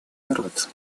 народ